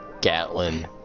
Gatlin